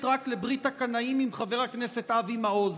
רק לברית הקנאים עם חבר הכנסת אבי מעוז,